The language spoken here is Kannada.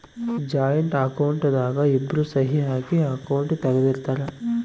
ಜಾಯಿಂಟ್ ಅಕೌಂಟ್ ದಾಗ ಇಬ್ರು ಸಹಿ ಹಾಕಿ ಅಕೌಂಟ್ ತೆಗ್ದಿರ್ತರ್